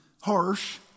harsh